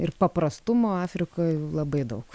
ir paprastumo afrikoj labai daug